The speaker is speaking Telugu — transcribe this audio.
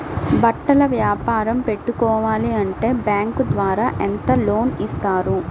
బట్టలు వ్యాపారం పెట్టుకోవాలి అంటే బ్యాంకు ద్వారా ఎంత లోన్ ఇస్తారు?